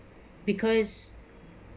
because